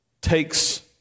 takes